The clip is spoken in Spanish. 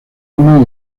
uno